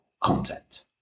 content